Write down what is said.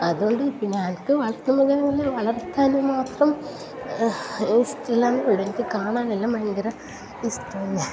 അതുകൊണ്ട് പിന്നെ എനിക്ക് വളർത്തുമൃഗങ്ങളെ വളർത്താൻ മാത്രം ഇഷ്ടമല്ല എന്നെ ഉള്ളു എനിക്ക് കാണാൻ എല്ലാം ഭയങ്കര ഇഷ്ടന്നെ